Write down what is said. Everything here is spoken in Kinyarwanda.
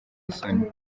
isoni